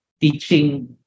teaching